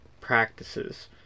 practices